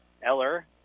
Eller